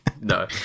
No